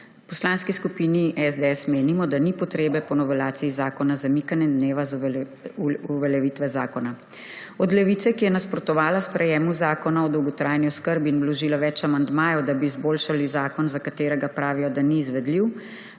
Poslanski skupini SDS menimo, da ni potrebe po novelaciji zakona z zamikanjem dneva uveljavitve zakona. Od Levice, ki je nasprotovala sprejetju zakona o dolgotrajni oskrbi in vložila več amandmajev, da bi izboljšali zakon, za katerega pravijo, da ni izvedljiv,